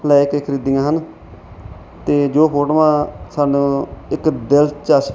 ਲੈ ਕੇ ਖਰੀਦੀਆਂ ਹਨ ਅਤੇ ਜੋ ਫੋਟੋਆਂ ਸਾਨੂੰ ਇੱਕ ਦਿਲਚਸਪ